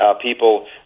people